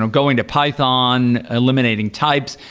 and going to python, eliminating types,